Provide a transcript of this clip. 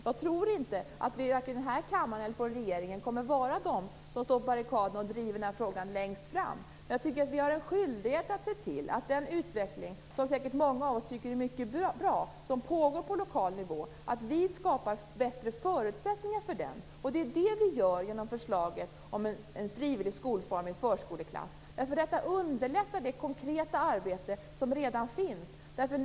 Jag tror inte att vare sig ledamöterna i den här kammaren eller regeringen kommer att vara de som står längst fram på barrikaderna och driver frågan. Vi har en skyldighet att se till att skapa bättre förutsättningar för den utveckling som pågår på lokal nivå och som säkert många av oss tycker är mycket bra. Det gör vi genom förslaget om en frivillig skolform i förskoleklass. Förslaget underlättar nämligen det konkreta arbete som redan sker.